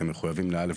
אתם מחויבים ל-א',